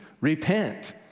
Repent